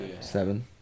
seven